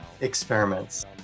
experiments